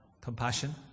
compassion